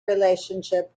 relationship